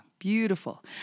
Beautiful